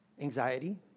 Anxiety